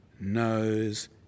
knows